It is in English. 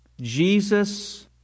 Jesus